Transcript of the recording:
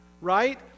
right